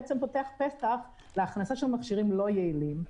בעצם פותח פתח להכנסה של מכשירים לא יעילים.